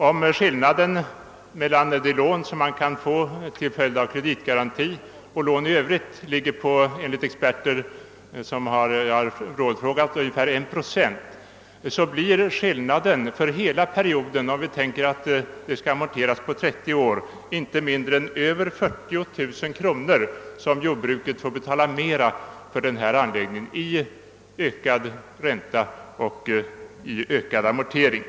Om ränteskillnaden mellan det lån man kan få genom kredit garantin och andra lån uppgår till ungefär 1 procent det gör den enligt experter jag har rådfrågat — blir skillnaden för hela perioden, om lånet skall amorteras på 30 år, över 40 000 kronor. Så mycket mer får alltså jordbrukaren betala för denna anläggning i form av ökad ränta och ökade amorteringar.